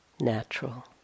natural